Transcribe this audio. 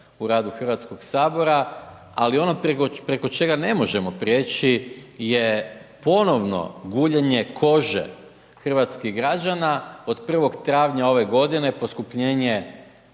u radu Hrvatskog sabora ali ono preko čega ne možemo prijeći je ponovno guljenje kože hrvatskih građana, od 1. travnja ove godine poskupljenje